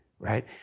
Right